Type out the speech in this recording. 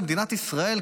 במדינת ישראל,